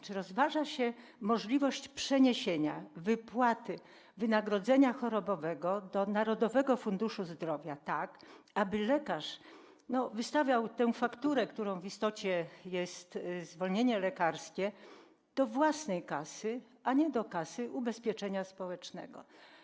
Czy rozważa się możliwość przeniesienia wypłaty wynagrodzenia chorobowego do Narodowego Funduszu Zdrowia, tak aby lekarz wystawiał tę fakturę, którą w istocie jest zwolnienie lekarskie, do własnej kasy, a nie do kasy ubezpieczenia społecznego?